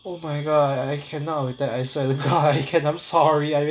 oh my god I I cannot with that I swear to god I cannot I'm sorry I really cannot